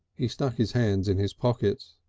he stuck his hands in his pockets.